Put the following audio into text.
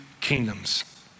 kingdoms